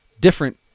different